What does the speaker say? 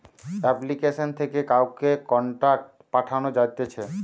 application থেকে কাউকে contact পাঠানো যাতিছে